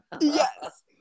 Yes